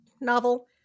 novel